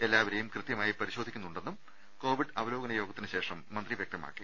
എല്ലാവരെയും കൃത്യമായി പരിശോധിക്കുന്നു ണ്ടെന്നും കോവിഡ് അവലോകന യോഗത്തിനുശേഷം മന്ത്രി വ്യക്തമാക്കി